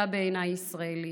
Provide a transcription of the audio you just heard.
אתה בעיניי ישראלי.